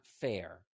fair